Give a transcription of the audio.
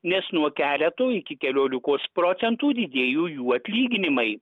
nes nuo keleto iki keliolikos procentų didėjo jų atlyginimai